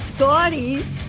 Scotty's